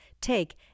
take